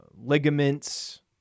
ligaments